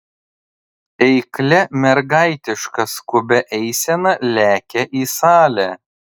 eiklia mergaitiška skubia eisena lekia į salę